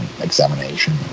examination